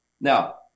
Now